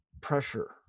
pressure